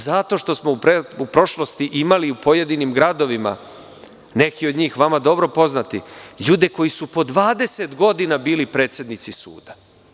Zato što smo u prošlosti imali u pojedinim gradovima, neki od njih vama dobro poznati, ljude koji su po 20 godina bili predsednici suda.